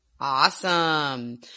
Awesome